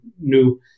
new